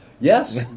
Yes